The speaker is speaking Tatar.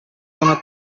гына